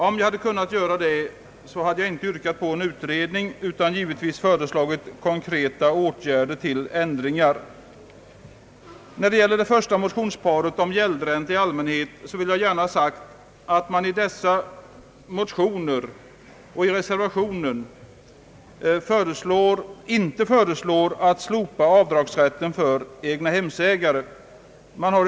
Om jag hade kunnat göra det så hade jag inte yrkat på en utredning, utan givetvis föreslagit konkreta åtgärder till ändringar. Beträffande förslaget om avdrag för gäldränta i allmänhet vill jag gärna ha sagt att man i de två motionerna och i reservationen inte föreslår att avdragsrätten för egnahemsägare skall slopas.